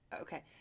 Okay